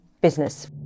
business